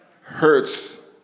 Hurts